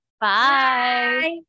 Bye